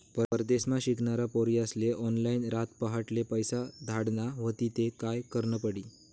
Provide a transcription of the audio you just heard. परदेसमा शिकनारा पोर्यास्ले ऑनलाईन रातपहाटले पैसा धाडना व्हतीन ते काय करनं पडी